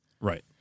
Right